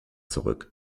zurück